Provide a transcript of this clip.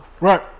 right